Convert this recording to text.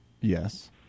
Yes